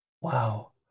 Wow